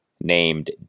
named